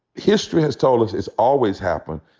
history has told us it's always happened.